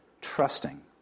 trusting